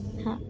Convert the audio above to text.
हां